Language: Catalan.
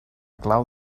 clau